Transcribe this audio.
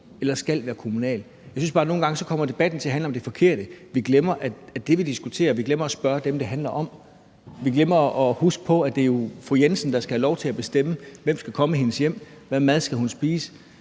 eller skal være kommunalt. Jeg synes bare, at debatten nogle gange kommer til at handle om det forkerte. Vi glemmer, hvad det er, vi diskuterer, og vi glemmer at spørge dem, det handler om. Vi glemmer, at det jo er fru Jensen, der skal have lov til at bestemme, hvem der skal komme i hendes hjem, hvilken mad hun skal